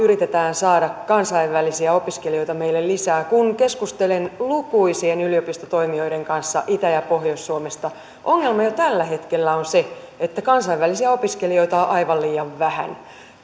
saada kansainvälisiä opiskelijoita meille lisää kun keskustelin lukuisien yliopistotoimijoiden kanssa itä ja pohjois suomesta ongelma jo tällä hetkellä on se että kansainvälisiä opiskelijoita on on aivan liian vähän